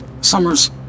Summers